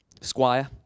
squire